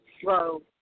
slow